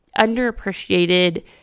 underappreciated